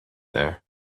there